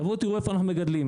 תבואו תראו איפה אנחנו מגדלים,